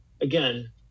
again